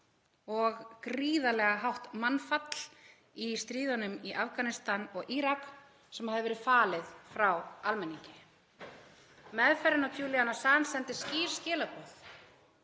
og gríðarlega hátt mannfall í stríðunum í Afganistan og Írak sem hafði verið falið frá almenningi. Meðferðin á Assange sendi skýr skilaboð